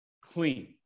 clean